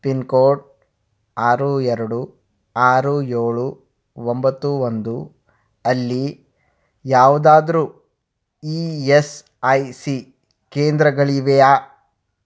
pin code ಆರು ಎರಡು ಆರು ಏಳು ಒಂಬತ್ತು ಒಂದು ಅಲ್ಲಿ ಯಾವುದಾದ್ರೂ ಇ ಎಸ್ ಐ ಸಿ ಕೇಂದ್ರಗಳಿವೆಯಾ